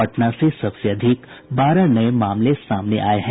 पटना से सबसे अधिक बारह नये मामले सामने आये हैं